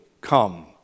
come